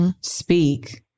speak